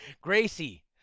Gracie